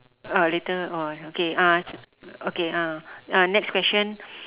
uh later !wah! okay uh okay uh uh next question